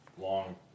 long